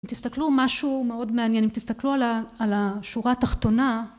אם תסתכלו, משהו מאוד מעניין, אם תסתכלו על השורה התחתונה